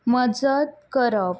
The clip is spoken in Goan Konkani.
मजत करप